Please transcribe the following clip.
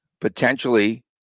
potentially